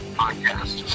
podcast